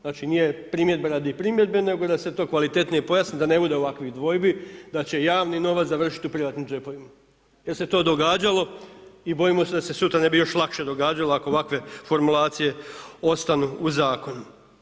Znači nije primjedba radi primjedbe nego da se to kvalitetnije pojasni, da ne bude ovakvih dvojbi, da će javni novac završiti u privatnim džepovima jer se to događalo i bojim se da se sutra ne bi još lakše događalo ako ovakve formulacije ostanu u zakonu.